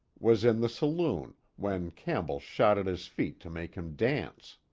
was in the saloon, when campbell shot at his feet to make him dance.